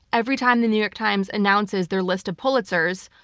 every time the new york times announces their list of pulitzers,